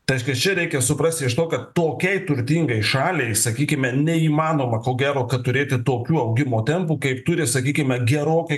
tai reiškias čia reikia suprasti iš to kad tokiai turtingai šaliai sakykime neįmanoma ko gero kad turėti tokių augimo tempų kaip turi sakykime gerokai